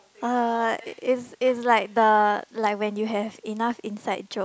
uh it's it's like the like when you have enough inside joke